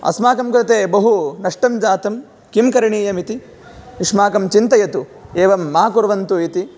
अस्माकं कृते बहु नष्टं जातं किं करणीयमिति युष्माकं चिन्तयतु एवं मा कुर्वन्तु इति